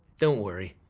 don't worry.